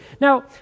now